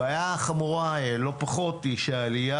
הבעיה חמורה לא פחות מפני שהעלייה